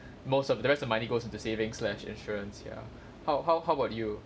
most of the rest of money goes into savings slash insurance ya how how how about you